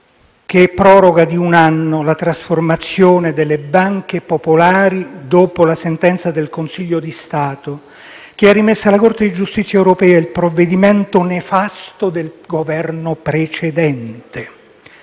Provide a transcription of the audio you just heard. che proroga di un anno la trasformazione delle banche popolari dopo la sentenza del Consiglio di Stato, che ha rimesso alla Corte di giustizia europea il provvedimento nefasto del Governo precedente: